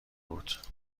بود